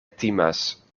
timas